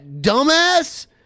dumbass